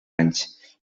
anys